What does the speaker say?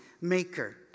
Maker